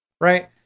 Right